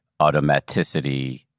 automaticity